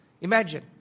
Imagine